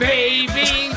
Baby